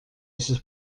esses